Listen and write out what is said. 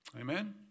Amen